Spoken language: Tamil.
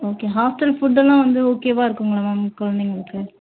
ஓகே ஹாஸ்டல் ஃபுட் எல்லாம் வந்து ஓகேவா இருக்குங்களா மேம் குழந்தைங்களுக்கு